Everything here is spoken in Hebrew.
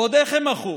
ועוד איך הם מחו.